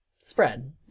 spread